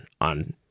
on